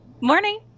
Morning